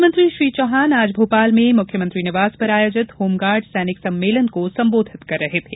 मुख्यमंत्री श्री चौहान आज भोपाल में मुख्यमंत्री निवास पर आयोजित होमगार्ड सैनिक सम्मेलन को संबोधित कर रहे थे